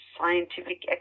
scientific